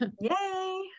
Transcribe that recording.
Yay